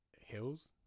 hills